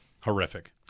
horrific